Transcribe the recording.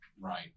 Right